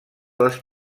les